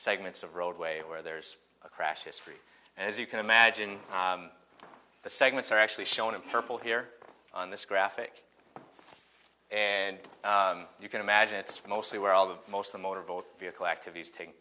segments of roadway where there's a crash history as you can imagine the segments are actually shown in purple here on this graphic and you can imagine it's mostly where all the most the motorboat vehicle activities taking